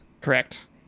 Correct